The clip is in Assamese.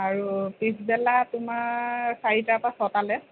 আৰু পিছবেলা তোমাৰ চাৰিটাৰ পৰা ছটালৈ